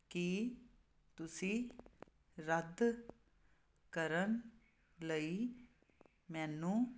ਕੀ ਤੁਸੀਂ ਰੱਦ ਕਰਨ ਲਈ ਮੈਨੂੰ